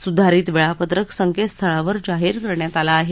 सुधारित वेळापत्रक संकेतस्थळावर जाहीर करण्यात आलं आहे